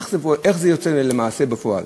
איך זה יוצא למעשה בפועל.